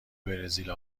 برزیل